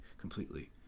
completely